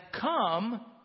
come